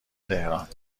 تهران